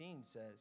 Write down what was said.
says